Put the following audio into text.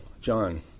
John